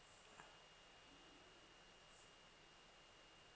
uh